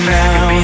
now